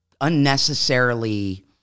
unnecessarily